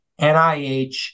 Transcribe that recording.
NIH